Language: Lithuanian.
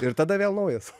ir tada vėl naujas